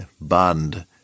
bond